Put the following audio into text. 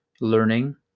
learning